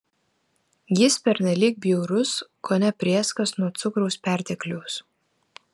jis pernelyg bjaurus kone prėskas nuo cukraus pertekliaus